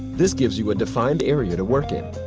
this gives you a defined area to work in.